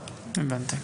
הבנתי.